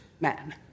man